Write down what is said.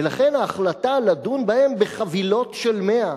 ולכן ההחלטה לדון בהם בחבילות של 100,